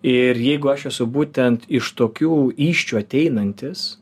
ir jeigu aš esu būtent iš tokių įsčių ateinantis